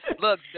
look